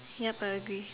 ya but agree